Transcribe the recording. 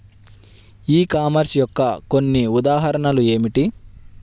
ఈ కామర్స్ యొక్క కొన్ని ఉదాహరణలు ఏమిటి?